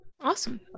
awesome